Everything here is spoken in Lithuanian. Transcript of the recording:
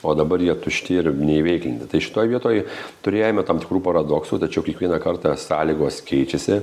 o dabar jie tušti ir neįveiklinti tai šitoj vietoj turėjome tam tikrų paradoksų tačiau kiekvieną kartą sąlygos keičiasi